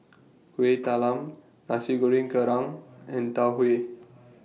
Kueh Talam Nasi Goreng Kerang and Tau Huay